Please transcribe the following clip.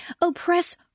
oppress